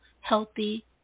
healthy